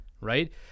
right